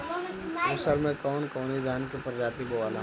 उसर मै कवन कवनि धान के प्रजाति बोआला?